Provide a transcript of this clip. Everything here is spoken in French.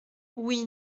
oui